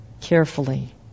carefully